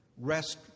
rest